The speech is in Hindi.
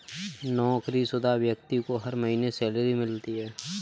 नौकरीशुदा व्यक्ति को हर महीने सैलरी मिलती है